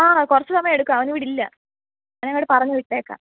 ആ കുറച്ച് സമയം എടുക്കും അവൻ ഇവിടെ ഇല്ല ഞാൻ അങ്ങോട്ട് പറഞ്ഞ് വിട്ടേക്കാം